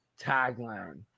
tagline